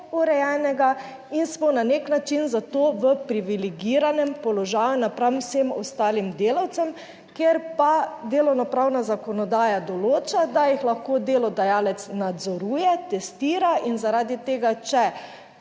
urejenega in smo na nek način za to v privilegiranem položaju napram vsem ostalim delavcem, kjer pa delovno pravna zakonodaja določa, da jih lahko delodajalec nadzoruje, testira in zaradi tega, če